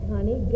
Honey